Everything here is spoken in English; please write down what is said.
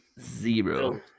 zero